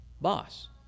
Boss